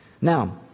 Now